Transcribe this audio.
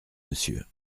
monsieur